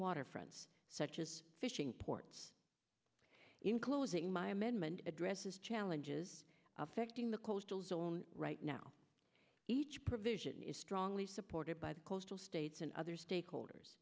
waterfronts such as fishing ports in closing my amendment addresses challenges affecting the coastal zone right now each provision is strongly supported by the coastal states and other stakeholders